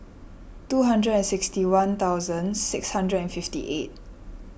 two hundred and sixty one thousand six hundred and fifty eight